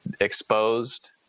exposed